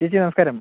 ചേച്ചി നമസ്കാരം